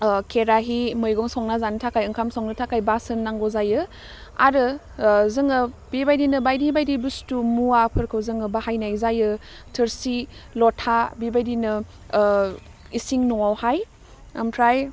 ओह खेराहि मैगं संना जानो थाखाय ओंखाम संनो थाखाय बासोन नांगौ जायो आरो ओह जोङो बेबायदिनो बायदि बायदि बुस्टु मुवाफोरखौ जोङो बाहायनाय जायो थोरसि लथा बेबायदिनो ओह इसिं न'आवहाय ओमफ्राय